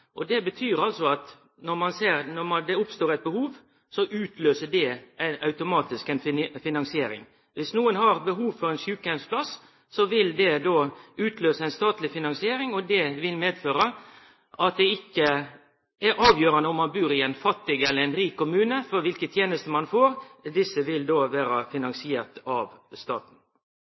velferdstenestene. Det betyr at når det oppstår eit behov, utløyser det automatisk ei finansiering. Om nokon har behov for ein sjukeheimsplass, vil det utløyse ei statleg finansiering. Om ein bur i ein fattig eller ein rik kommune, vil ikkje vere avgjerande for kva tenester ein får, for tenestene vil vere finansierte av staten.